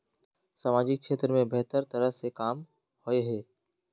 सामाजिक क्षेत्र में बेहतर तरह के काम होय है?